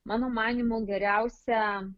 mano manymu geriausia